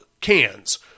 cans